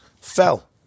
fell